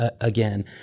again